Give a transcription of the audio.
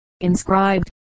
Inscribed